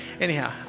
anyhow